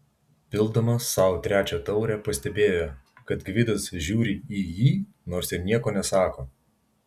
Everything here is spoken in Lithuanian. pildamas sau trečią taurę pastebėjo kad gvidas žiūri į jį nors ir nieko nesako